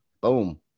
boom